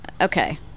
okay